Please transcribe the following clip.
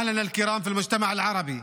(אומר דברים בשפה הערבית,